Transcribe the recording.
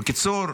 בקיצור,